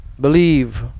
believe